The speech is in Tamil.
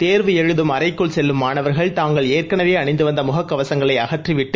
தேர்வெழுதும் அறைக்குள் செல்லும் மாணவர்கள் தாங்கள் ஏற்கனவே அணிந்து வந்த முகக்கவசங்களை அகற்றிவிட்டு